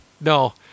no